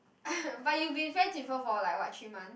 but you been friends with her for like what three months